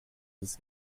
des